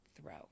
throw